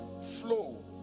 Flow